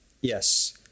Yes